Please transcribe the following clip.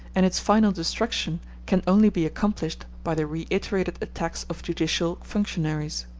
and its final destruction can only be accomplished by the reiterated attacks of judicial functionaries.